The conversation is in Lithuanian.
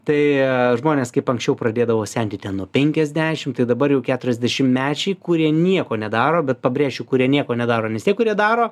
tai žmonės kaip anksčiau pradėdavo senti ten nuo penkiasdešim tai dabar jau keturiasdešimtmečiai kurie nieko nedaro bet pabrėšiu kurie nieko nedaro nes tie kurie daro